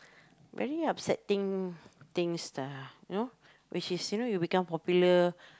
very upsetting things lah you know which is you know you become popular